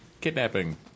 kidnapping